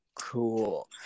Cool